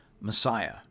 Messiah